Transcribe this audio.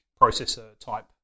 processor-type